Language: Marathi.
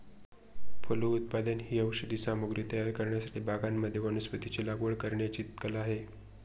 फलोत्पादन ही औषधी सामग्री तयार करण्यासाठी बागांमध्ये वनस्पतींची लागवड करण्याची कला आहे